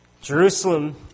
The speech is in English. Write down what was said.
Jerusalem